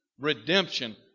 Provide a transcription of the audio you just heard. redemption